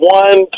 one